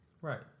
Right